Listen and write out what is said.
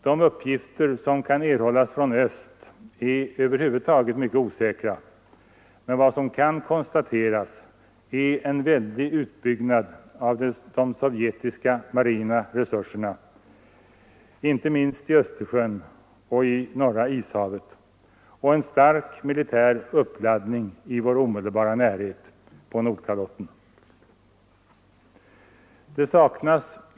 De uppgifter som kan erhållas från öst är över huvud taget mycket osäkra, men vad som kan konstateras är en väldig utbyggnad av de sovjetiska marina resurserna — inte minst i Östersjön och i Norra ishavet — och en stark militär uppladdning i vår omedelbara närhet, på Nordkalotten.